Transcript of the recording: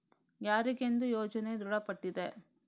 ಯಾರಿಗೆಂದು ಯೋಜನೆ ದೃಢಪಟ್ಟಿದೆ?